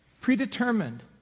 predetermined